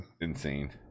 Insane